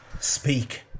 speak